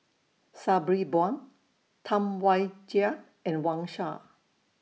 Sabri Buang Tam Wai Jia and Wang Sha